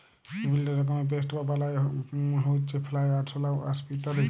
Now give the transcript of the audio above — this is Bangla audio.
বিভিল্য রকমের পেস্ট বা বালাই হউচ্ছে ফ্লাই, আরশলা, ওয়াস্প ইত্যাদি